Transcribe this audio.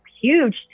huge